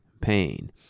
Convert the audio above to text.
pain